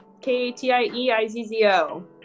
K-A-T-I-E-I-Z-Z-O